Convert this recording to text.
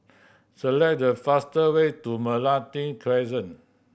select the faster way to Meranti Crescent